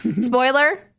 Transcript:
Spoiler